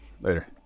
Later